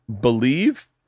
believe